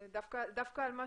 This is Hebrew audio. דווקא על מה